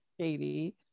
Katie